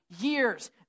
years